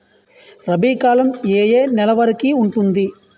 రబీ కాలం ఏ ఏ నెల వరికి ఉంటుంది?